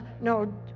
no